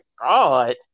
God